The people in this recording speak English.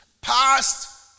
Past